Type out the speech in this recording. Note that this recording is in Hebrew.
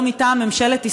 לא מטעם ממשלת ישראל,